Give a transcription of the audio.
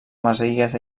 masies